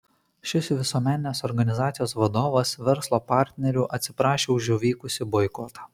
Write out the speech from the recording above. šis visuomeninės organizacijos vadovas verslo partnerių atsiprašė už įvykusį boikotą